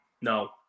no